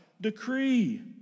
decree